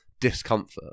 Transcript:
discomfort